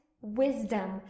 wisdom